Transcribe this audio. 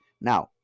Now